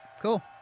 Cool